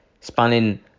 spanning